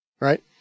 right